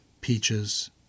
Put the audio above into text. Peaches